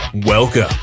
Welcome